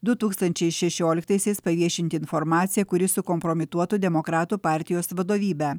du tūkstančiai šešioliktaisiais paviešinti informaciją kuri sukompromituotų demokratų partijos vadovybę